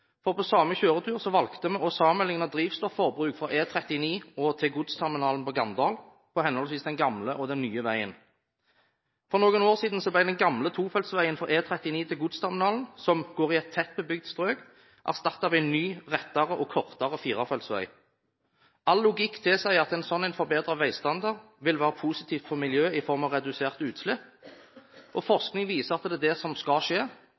for på samme kjøretur valgte vi å sammenligne drivstofforbruk fra E39 og til godsterminalen på Ganddal på henholdsvis den gamle og den nye veien. For noen år siden ble den gamle tofeltsveien fra E39 til godsterminalen, som går i et tettbebygd strøk, erstattet av en ny, rettere og kortere firefeltsvei. All logikk tilsier at en slik forbedret veistandard vil være positivt for miljøet i form av reduserte utslipp, og forskning viser at det er det som skal skje,